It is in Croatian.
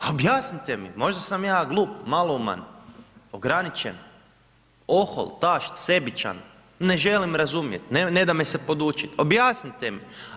A objasnite mi, možda sam ja glup, malouman, ograničen, ohol, tašt, sebičan, ne želim razumjeti, ne da me se podučiti, objasnite mi.